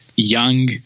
Young